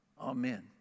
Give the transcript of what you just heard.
Amen